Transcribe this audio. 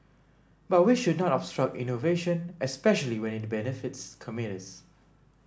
but we should not obstruct innovation especially when it benefits commuters